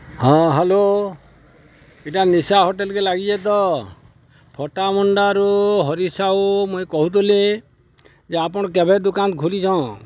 ହଁ ହ୍ୟାଲୋ ଇଟା ନିଶା ହୋଟେଲ୍କେ ଲାଗିଚେ ତ ଫଟାମଣ୍ଡାରୁ ହରି ସାହୁ ମୁଇଁ କହୁଥିଲି ଯେ ଆପଣ୍ କେଭେ ଦୁକାନ୍ ଖୁଲିଚନ୍